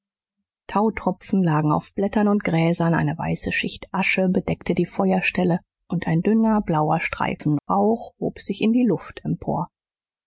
tautropfen lagen auf blättern und gräsern eine weiße schicht asche bedeckte die feuerstelle und ein dünner blauer streifen rauch hob sich in die luft empor